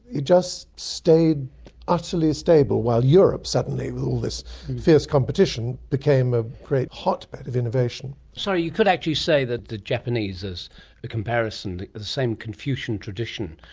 it just stayed utterly stable while europe, suddenly, with all this fierce competition, became a great hotbed of innovation. so you could actually say the the japanese, as a comparison, with the same confucian tradition,